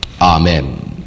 Amen